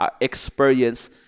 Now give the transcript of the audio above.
experience